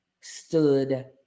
stood